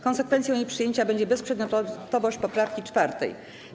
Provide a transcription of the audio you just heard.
Konsekwencją jej przyjęcia będzie bezprzedmiotowość poprawki 4.